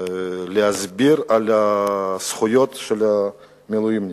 להסביר את הזכויות של המילואימניקים.